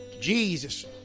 Jesus